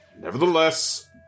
Nevertheless